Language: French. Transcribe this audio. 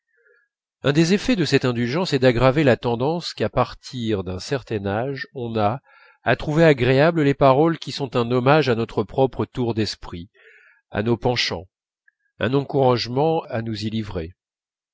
un des effets de cette indulgence est d'aggraver la tendance qu'à partir d'un certain âge on a à trouver agréables les paroles qui sont un hommage à notre propre tour d'esprit à nos penchants un encouragement à nous y livrer